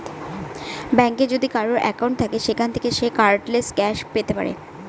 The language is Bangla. ব্যাঙ্কে যদি কারোর একাউন্ট থাকে সেখান থাকে সে কার্ডলেস ক্যাশ পেতে পারে